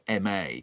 MA